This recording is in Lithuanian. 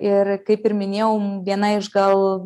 ir kaip ir minėjau viena iš gal